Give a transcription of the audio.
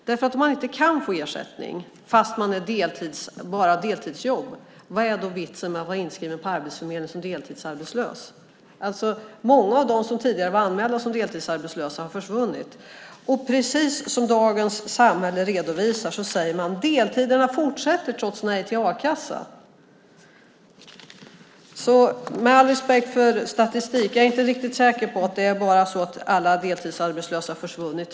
Om man inte kan få ersättning för att man bara har deltidsjobb, vad är då vitsen med att vara inskriven på Arbetsförmedlingen som deltidsarbetslös? Många av dem som tidigare var anmälda som deltidsarbetslösa har försvunnit. Och precis som Dagens Samhälle redovisar fortsätter deltiderna trots nej till a-kassa. Med all respekt för statistik är jag inte riktigt säker på att det är så att alla deltidsarbetslösa har försvunnit.